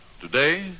Today